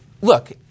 Look